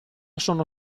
sono